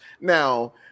now